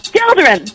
Children